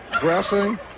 dressing